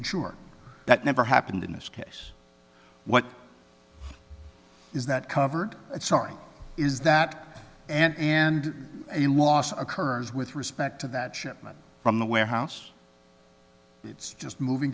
insured that never happened in this case what is that covered sorry is that and and a loss occurs with respect to that shipment from the warehouse it's just moving